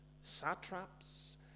satraps